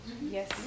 Yes